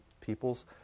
peoples